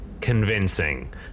convincing